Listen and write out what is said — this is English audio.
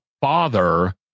father